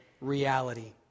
reality